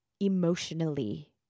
emotionally